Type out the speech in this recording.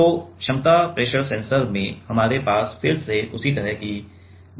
तो क्षमता pressure sensor में हमारे पास फिर से उसी तरह की व्यवस्था है